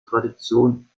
tradition